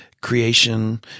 Creation